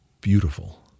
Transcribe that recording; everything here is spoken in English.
beautiful